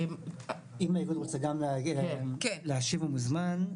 אם האיגוד רוצה גם להשיב, הוא מוזמן.